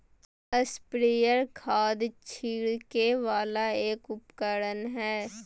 sprayer खाद छिड़के वाला एक उपकरण हय